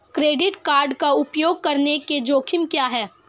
Credit card का उपयोग करने के जोखिम क्या हैं?